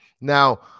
Now